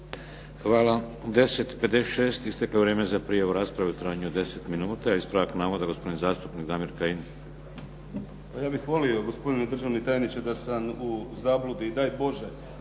Hvala. 10,56 isteklo vrijeme za prijavu rasprave u trajanju od 10 minuta. Ispravak navoda gospodin zastupnik Damir Kajin. **Kajin, Damir (IDS)** Pa ja bih volio gospodine državni tajniče da sam u zabludi i daj Bože